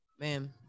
man